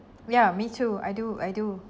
ya me too I do I do